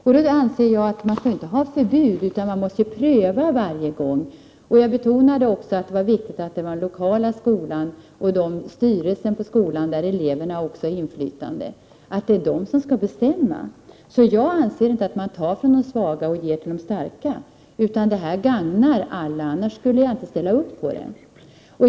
Jag anser att man inte skall ha förbud utan att man måste pröva varje gång. Jag betonade också vikten av att det var den lokala skolan och styrelsen på skolan, där också eleverna har inflytande, som skall bestämma. Jag anser inte att man tar från de svaga och ger till de starka utan att detta gagnar alla. Annars skulle jag inte ställa upp på det.